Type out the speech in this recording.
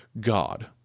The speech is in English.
God